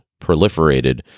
proliferated